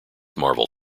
marvel